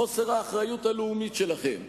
חוסר האחריות הלאומית שלכם.